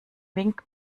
wink